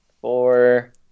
four